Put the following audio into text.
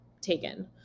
taken